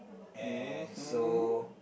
and so